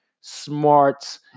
smart